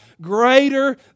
greater